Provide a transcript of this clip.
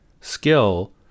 skill